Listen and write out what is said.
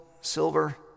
silver